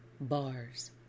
bars